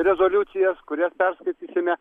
rezoliucijas kurias perskaitysime